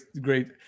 great